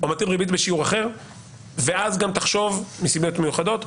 או מטיל ריבית בשיעור אחר מסיבות מיוחדות,